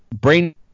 Brain